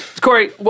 Corey